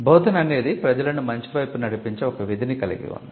బోధన అనేది ప్రజలను మంచి వైపు నడిపించే ఒక విధిని కలిగి ఉంది